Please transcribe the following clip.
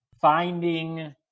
finding